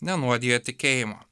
nenuodija tikėjimo